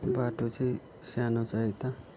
बाटो चाहिँ सानो छ एकदम